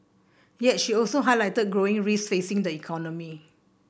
yet she also highlighted growing risks facing the economy